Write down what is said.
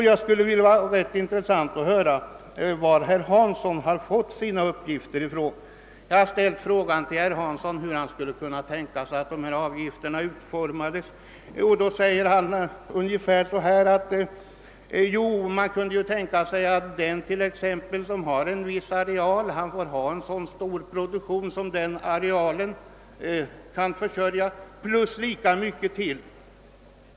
Jag har ställt frågan till herr Hansson vilken utformning han kunde tänka sig av dessa avgifter, och han svarar att jordbrukarna exempelvis skall få ha en så stor produktion som deras areal kan försörja plus lika mycket till.